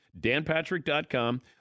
danpatrick.com